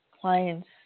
clients